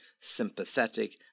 sympathetic